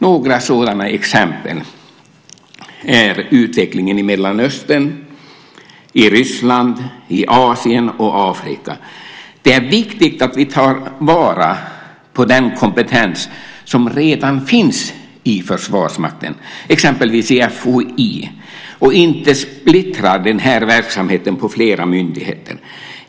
Några sådana exempel är utvecklingen i Mellanöstern, i Ryssland, i Asien och i Afrika. Det är viktigt att vi tar vara på den kompetens som redan finns i Försvarsmakten, exempelvis i FOI, och inte splittrar verksamheten på flera myndigheter.